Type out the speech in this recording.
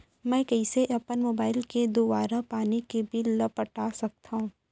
मैं कइसे अपन मोबाइल के दुवारा पानी के बिल ल पटा सकथव?